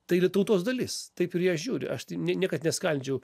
tai yra tautos dalis taip ir į ją žiūriu aš tai ne niekad neskaldžiau